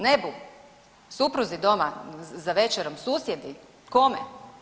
Nebu, supruzi doma za večerom, susjedi kome?